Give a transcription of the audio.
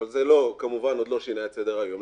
אבל זה עוד לא שינה את סדר היום.